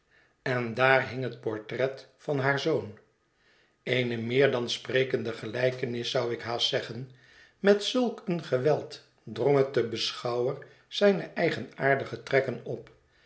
en daar hing het portret van haar zoon eene meer dan sprekende gelijkenis zou ik haast zeggen met zulk een geweld drong het den beschouwer zijne eigenaardige trekken op